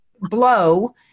blow